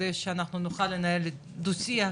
כדי שנוכל לנהל דו שיח,